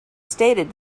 stated